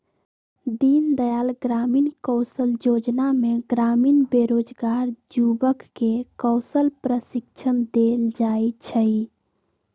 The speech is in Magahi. दीनदयाल ग्रामीण कौशल जोजना में ग्रामीण बेरोजगार जुबक के कौशल प्रशिक्षण देल जाइ छइ